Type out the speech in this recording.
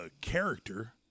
character